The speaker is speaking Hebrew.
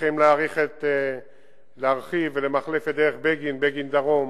הולכים להרחיב ולמחלף את דרך בגין, בגין דרום.